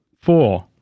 four